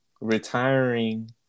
retiring